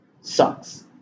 sucks